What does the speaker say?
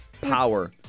Power